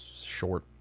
short